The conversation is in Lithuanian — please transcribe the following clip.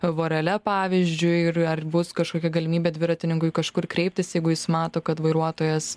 vorele pavyzdžiui ir ar bus kažkokia galimybė dviratininkui kažkur kreiptis jeigu jis mato kad vairuotojas